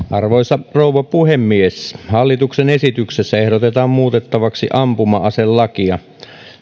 arvoisa rouva puhemies hallituksen esityksessä ehdotetaan muutettavaksi ampuma aselakia